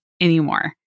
anymore